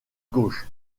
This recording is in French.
gauche